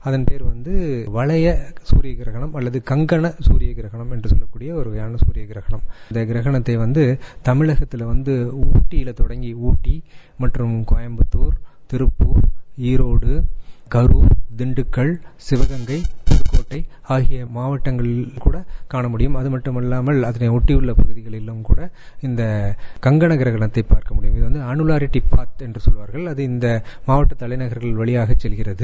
அதன்பேர் வந்து வளைய சூரியகிரகணம் அல்லது கங்க சூரிய கிரகணம் என்று சொல்லக்கூடிய ஒரு வகையான சூரிய கிரகணம் இந்த கிரகணத்தை வந்து தமிழகத்தில் ஊட்டியில் தொடங்கி ஊட்டி மற்றும் கோயம்புத்தூர் திருப்பூர் ஈரோடு கரூர் திண்டுக்கல் சிவகங்கை புதுக்கோட்டை ஆகிய மாவட்டங்களில் காண முடியும் அதுமட்டுமல்ல அதையொட்டியுள்ள பகுதிகளிலும் கூட இந்த கங்கண கிரகணத்தை பார்க்க முடியும் இதை வந்து அனுலாரிட்டி பார்க் அது இந்த மாவட்ட தலைநகரங்கள் வழியாகசெல்கிறது